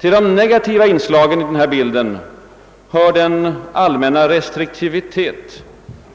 Till de negativa inslagen i denna bild hör den allmänna restriktivitet